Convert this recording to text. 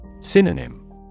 Synonym